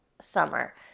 summer